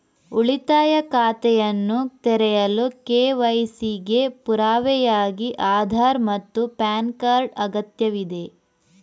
ಉಳಿತಾಯ ಖಾತೆಯನ್ನು ತೆರೆಯಲು ಕೆ.ವೈ.ಸಿ ಗೆ ಪುರಾವೆಯಾಗಿ ಆಧಾರ್ ಮತ್ತು ಪ್ಯಾನ್ ಕಾರ್ಡ್ ಅಗತ್ಯವಿದೆ